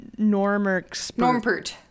Normpert